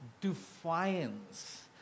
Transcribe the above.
defiance